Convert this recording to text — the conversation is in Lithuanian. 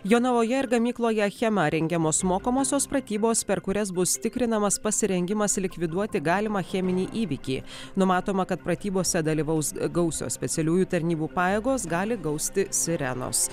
jonavoje ir gamykloje achema rengiamos mokomosios pratybos per kurias bus tikrinamas pasirengimas likviduoti galimą cheminį įvykį numatoma kad pratybose dalyvaus gausios specialiųjų tarnybų pajėgos gali gausti sirenos